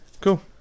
Cool